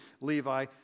Levi